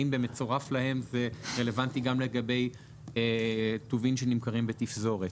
האם "במצורף להם" זה רלוונטי גם לגבי טובין שנמכרים בתפזורת?